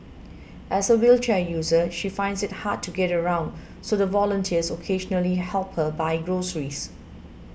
as a wheelchair user she finds it hard to get around so the volunteers occasionally help her buy groceries